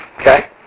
Okay